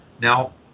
Now